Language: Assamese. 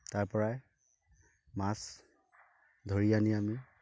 তাৰ পৰাই মাছ ধৰি আনি আমি